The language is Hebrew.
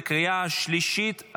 בקריאה שלישית.